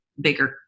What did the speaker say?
bigger